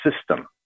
system